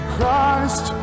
Christ